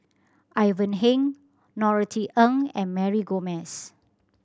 Ivan Heng Norothy Ng and Mary Gomes